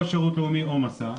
או שירות לאומי או מסע.